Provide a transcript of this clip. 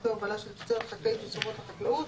שירותי הובלה של תוצרת חקלאית ותשומות לחקלאות,